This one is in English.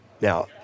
Now